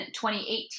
2018